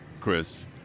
Chris